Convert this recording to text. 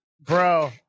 Bro